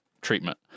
treatment